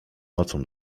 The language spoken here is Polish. nocą